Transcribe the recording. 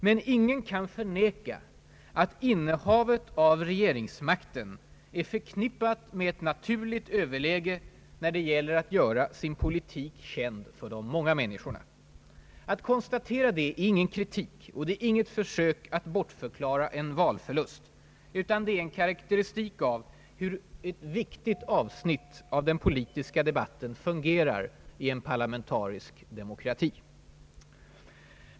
Men ingen kan förneka att innehavet av regeringsmakten är förknippat med ett naturligt överläge när det gäller att göra sin politik känd för de många människorna. Att konstatera det är ingen kritik och inget försök att bortförklara en valförlust, utan det är en karakteristik av hur ett viktigt avsnitt av den politiska debatten fungerar i en parlamentarisk demokrati.